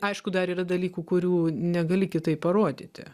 aišku dar yra dalykų kurių negali kitaip parodyti